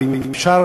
ואם אפשר